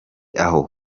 aho